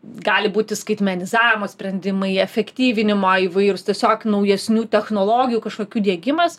gali būti skaitmenizavimo sprendimai efektyvinimo įvairūs tiesiog naujesnių technologijų kažkokių diegimas